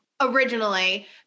originally